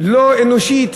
לא אנושית,